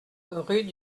rue